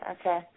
Okay